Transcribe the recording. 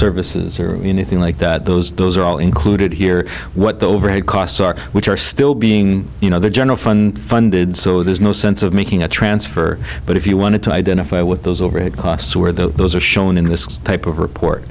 services or anything like that those those are all included here what the overhead costs which are still being you know the general fund funded so there's no sense of making a transfer but if you wanted to identify with those who are the those are shown in this type of report